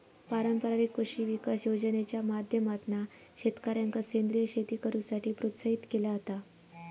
पारंपारिक कृषी विकास योजनेच्या माध्यमातना शेतकऱ्यांका सेंद्रीय शेती करुसाठी प्रोत्साहित केला जाता